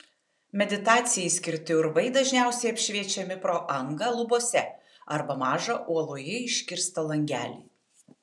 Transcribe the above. meditacijai skirti urvai dažniausiai apšviečiami pro angą lubose arba mažą uoloje iškirstą langelį